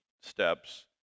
steps